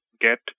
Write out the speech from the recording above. get